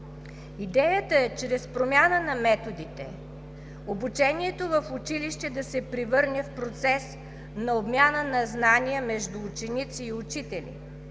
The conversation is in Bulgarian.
Идеята е чрез промяна на методите обучението в училище да се превърне в процес на обмяна на знания между ученици и учители